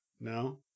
No